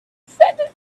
sentence